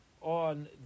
on